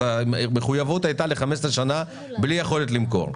המחויבות הייתה ל-15 שנים בלי אחריות למכור.